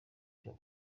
cyo